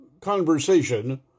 conversation